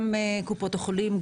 גם קופות החולים,